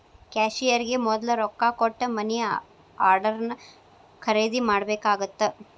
ಕ್ಯಾಶಿಯರ್ಗೆ ಮೊದ್ಲ ರೊಕ್ಕಾ ಕೊಟ್ಟ ಮನಿ ಆರ್ಡರ್ನ ಖರೇದಿ ಮಾಡ್ಬೇಕಾಗತ್ತಾ